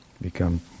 become